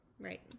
Right